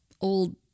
old